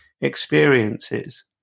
experiences